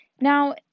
Now